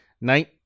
night